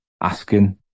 asking